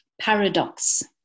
paradox